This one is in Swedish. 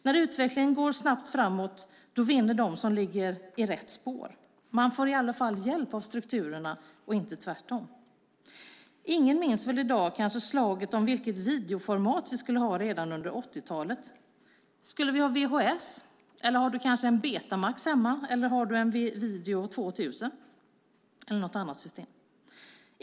När utvecklingen går snabbt framåt vinner de som ligger i rätt spår. De får i varje fall hjälp av strukturerna och inte tvärtom. Ingen minns väl kanske i dag slaget om vilket videoformat vi skulle ha redan under 80-talet. Skulle vi ha VHS? Eller har du kanske Betamax, Video 2000 eller något annat system hemma?